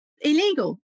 Illegal